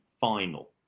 Final